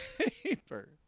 paper